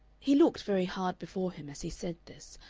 he looked very hard before him as he said this,